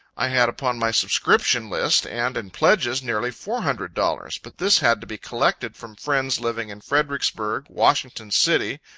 i had upon my subscription list and in pledges nearly four hundred dollars. but this had to be collected from friends living in fredericksburg, washington city,